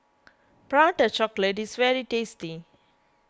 Prata Chocolate is very tasty